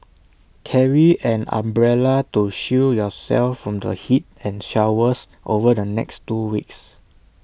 carry an umbrella to shield yourself from the heat and showers over the next two weeks